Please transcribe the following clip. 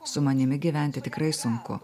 su manimi gyventi tikrai sunku